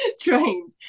trained